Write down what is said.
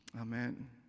Amen